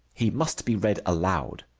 he must be read aloud.